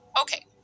Okay